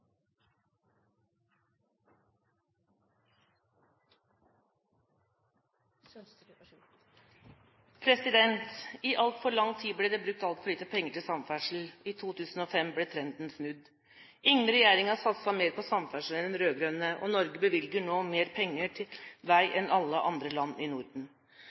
trenger. I altfor lang tid ble det brukt altfor lite penger til samferdsel. I 2005 ble trenden snudd. Ingen regjering har satset mer på samferdsel enn den rød-grønne, og Norge bevilger nå mer penger til vei enn alle andre land i Norden.